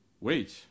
Wait